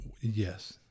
Yes